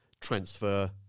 transfer